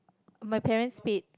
my parents paid